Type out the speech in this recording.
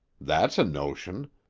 that's a notion!